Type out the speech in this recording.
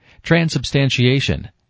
transubstantiation